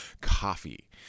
coffee